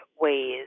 ways